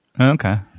Okay